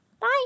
Bye